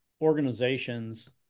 organizations